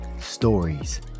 stories